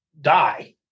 die